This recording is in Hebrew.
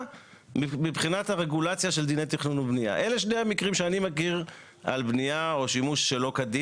מרכז שלטון מקומי, באישור מקדמי איפה הבעיה שלכם